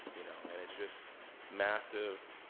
you know? and it's just massive,